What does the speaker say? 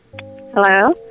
Hello